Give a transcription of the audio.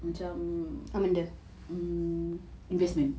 macam mm investment